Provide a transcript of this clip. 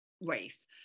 race